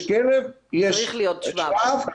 יש כלב, יש שבב,